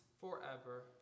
forever